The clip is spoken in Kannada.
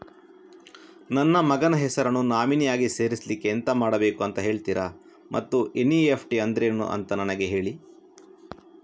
ನನ್ನ ಮಗನ ಹೆಸರನ್ನು ನಾಮಿನಿ ಆಗಿ ಸೇರಿಸ್ಲಿಕ್ಕೆ ಎಂತ ಮಾಡಬೇಕು ಅಂತ ಹೇಳ್ತೀರಾ ಮತ್ತು ಎನ್.ಇ.ಎಫ್.ಟಿ ಅಂದ್ರೇನು ಅಂತ ನನಗೆ ಹೇಳಿ